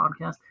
podcast